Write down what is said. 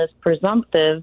presumptive